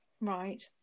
Right